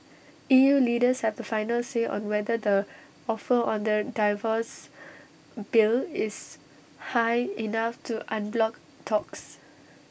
E U leaders have the final say on whether the offer on the divorce bill is high enough to unblock talks